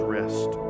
rest